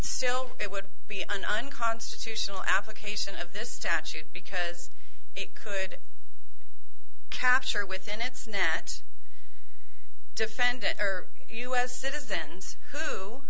still it would be an unconstitutional application of this statute because it could capture within its net defendant are u s citizens who